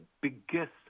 biggest